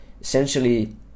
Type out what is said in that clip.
essentially